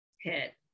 hit